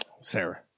Sarah